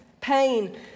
pain